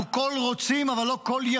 אנחנו כול-רוצים אבל לא כול-יכולים.